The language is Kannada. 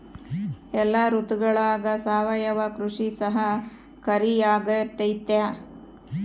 ಎಲ್ಲ ಋತುಗಳಗ ಸಾವಯವ ಕೃಷಿ ಸಹಕಾರಿಯಾಗಿರ್ತೈತಾ?